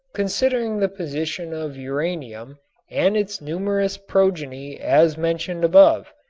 considering the position of uranium and its numerous progeny as mentioned above,